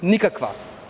Nikakva.